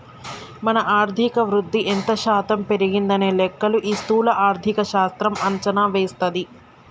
మన ఆర్థిక వృద్ధి ఎంత శాతం పెరిగిందనే లెక్కలు ఈ స్థూల ఆర్థిక శాస్త్రం అంచనా వేస్తది